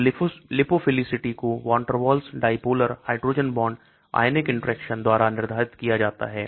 तो Lipophilicity को Van der Waals Dipolar hydrogen bond ionic interactions द्वारा निर्धारित किया जाता है